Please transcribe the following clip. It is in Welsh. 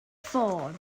ffôn